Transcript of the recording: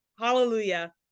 Hallelujah